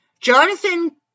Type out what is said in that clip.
Jonathan